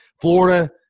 Florida